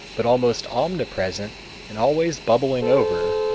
but almost omnipresent and always bubbling over,